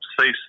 cease